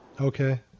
okay